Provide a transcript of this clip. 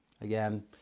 Again